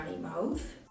mouth